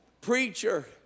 preacher